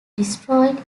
destroyed